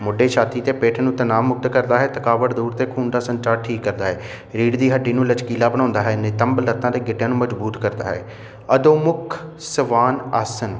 ਮੋਢੇ ਛਾਤੀ ਅਤੇ ਪਿੱਠ ਨੂੰ ਤਣਾਅ ਮੁਕਤ ਕਰਦਾ ਹੈ ਥਕਾਵਟ ਦੂਰ ਅਤੇ ਖੂਨ ਦਾ ਸੰਚਾਰ ਠੀਕ ਕਰਦਾ ਹੈ ਰੀੜ ਦੀ ਹੱਡੀ ਨੂੰ ਲਚਕੀਲਾ ਬਣਾਉਂਦਾ ਹੈ ਨਿਤੰਬ ਲੱਤਾਂ ਅਤੇ ਗਿੱਟਿਆਂ ਨੂੰ ਮਜ਼ਬੂਤ ਕਰਦਾ ਹੈ ਅਦਮੁੱਖ ਸਵਾਨ ਆਸਨ